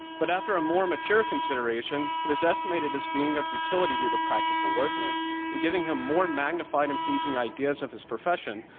but after a more mature consideration, it is estimated as being of utility to the practical workman in getting him more magnified and pleasing ideas of his profession,